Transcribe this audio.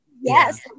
yes